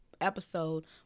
episode